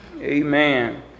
Amen